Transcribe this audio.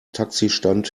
taxistand